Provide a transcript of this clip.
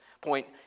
point